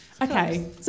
Okay